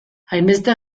hainbeste